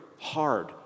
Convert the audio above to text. hard